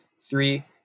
three